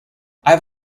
have